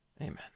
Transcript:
Amen